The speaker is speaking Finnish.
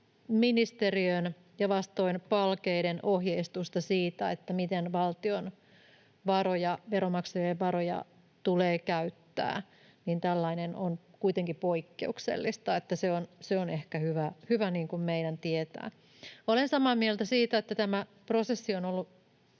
ministeriön ja vastoin Palkeiden ohjeistusta siitä, miten valtion varoja, veronmaksajien varoja, tulee käyttää. Tällainen on kuitenkin poikkeuksellista. Se on ehkä hyvä meidän tietää. Olen samaa mieltä siitä, että tämä prosessi on ollut